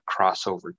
crossover